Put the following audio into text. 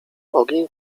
ogień